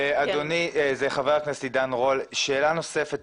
אדוני, זה חבר הכנסת עידן רול, שאלה נוספת.